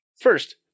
First